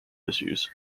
issues